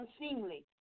unseemly